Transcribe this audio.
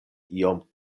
iom